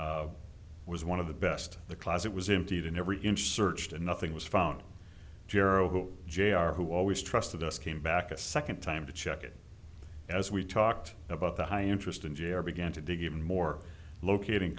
high was one of the best the closet was emptied in every inch searched and nothing was found gero who jr who always trusted us came back a second time to check it as we talked about the high interest in jr began to dig even more locating